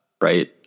right